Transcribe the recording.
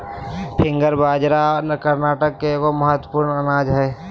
finger बाजरा कर्नाटक के एगो महत्वपूर्ण अनाज हइ